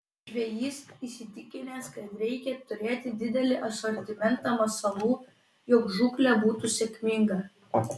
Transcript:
žvejys įsitikinęs kad reikia turėti didelį asortimentą masalų jog žūklė būtų sėkminga